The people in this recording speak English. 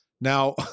Now